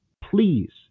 Please